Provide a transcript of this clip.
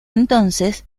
entonces